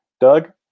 Doug